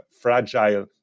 fragile